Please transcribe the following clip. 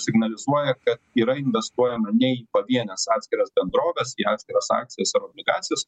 signalizuoja kad yra investuojama ne į pavienes atskiras bendroves į atskiras akcijas ar obligacijas